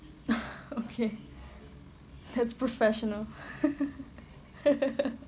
okay that's professional